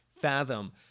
fathom